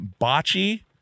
botchy